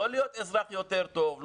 לא להיות אזרח יותר טוב,